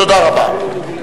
תודה רבה.